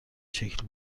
شکل